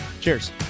Cheers